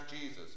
Jesus